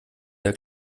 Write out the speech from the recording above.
der